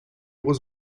was